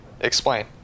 explain